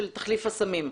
של תחליף הסמים.